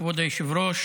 כבוד היושב-ראש,